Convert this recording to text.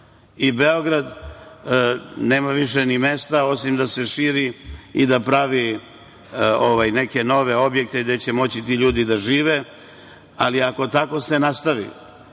i Beograd nema više ni mesta, osim da se širi i da pravi neke nove objekte gde će moći ti ljudi da žive. Ako se tako nastavi,